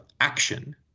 action